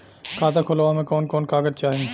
खाता खोलवावे में कवन कवन कागज चाही?